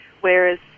Whereas